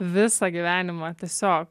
visą gyvenimą tiesiog